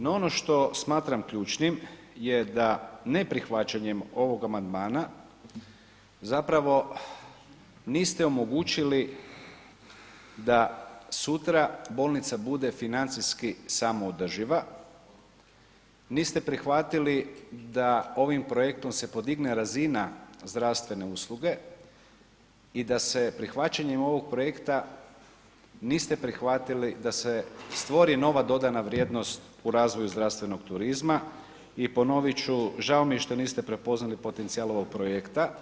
No ono što smatram ključnim je da neprihvaćanjem ovog amandmana zapravo niste omogućili da sutra bolnica bude financijski samoodrživa, niste prihvatili da ovim projektom se podigne razina zdravstvene usluge i da se prihvaćanjem ovog projekta niste prihvatili da se stvori nova dodana vrijednost u razvoju zdravstvenog turizma i ponovit ću, žao mi je što niste prepoznali potencijal ovog projekta.